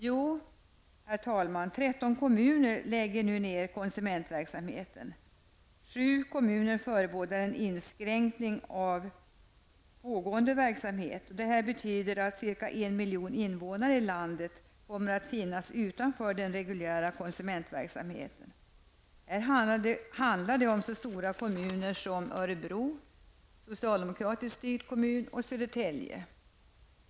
Jo, herr talman, 13 kommuner lägger nu ner konsumentverksamheten. 7 kommuner förebådar en inskränkning av pågående verksamhet. Det betyder att cirka en miljon invånare i landet kommer att finnas utanför den reguljära konsumentverksamheten. Här handlar det om så stora kommuner som Örebro, en socialdemokratiskt styrd kommun, och Södertälje.